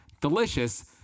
delicious